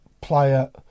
player